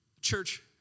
Church